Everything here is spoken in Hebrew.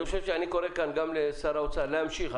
אני קורא כאן גם לשר האוצר להמשיך.